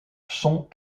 sont